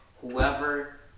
whoever